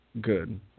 good